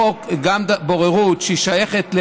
וגם בוררות ששייכת,